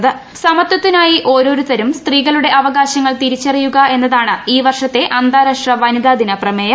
സമത്വത്തിനായി ഓരോരുത്തരും സ്ത്രീകളുടെ അവകാശങ്ങൾ തിരിച്ചറിയുക എന്നതാണ് ഈ വർഷ്യള്ളത്ത് അന്താരാഷ്ട്ര വനിതാ ദിന പ്രമേയം